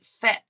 fit